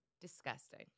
disgusting